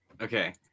okay